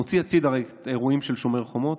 אני מוציא הצידה את האירועים של שומר החומות,